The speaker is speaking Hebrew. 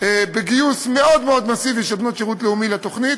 בגיוס מאוד מסיבי של בנות שירות לאומי לתוכנית.